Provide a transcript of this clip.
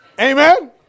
Amen